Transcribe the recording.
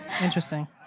Interesting